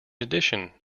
addition